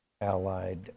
allied